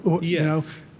Yes